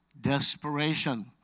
desperation